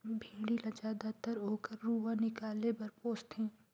भेड़ी ल जायदतर ओकर रूआ निकाले बर पोस थें